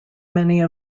many